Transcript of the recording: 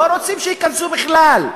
לא רוצים שייכנסו בכלל,